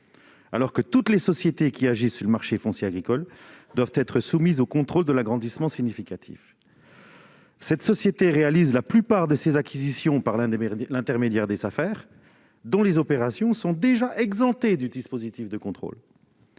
parallèle, toutes les sociétés agissant sur le marché foncier agricole sont soumises au contrôle de l'agrandissement significatif. Deuxièmement, cette société réalise la plupart de ses acquisitions par l'intermédiaire des Safer, dont les opérations sont déjà exemptées du dispositif de contrôle.